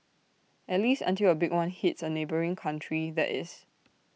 at least until A big one hits A neighbouring country that is